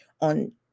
on